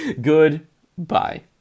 Goodbye